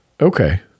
okay